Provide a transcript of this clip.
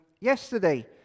yesterday